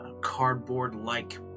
cardboard-like